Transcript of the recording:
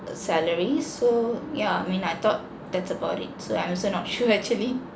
uh salaries so yeah I mean I thought that's about it so I'm also not sure actually